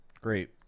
great